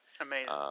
Amazing